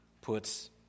puts